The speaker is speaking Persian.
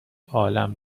عالم